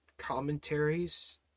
commentaries